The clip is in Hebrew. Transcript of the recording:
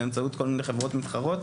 באמצעות כל מיני חברות מתחרות